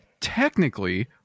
technically